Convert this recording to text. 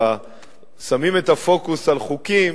שמים את הפוקוס על חוקים.